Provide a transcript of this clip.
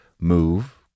move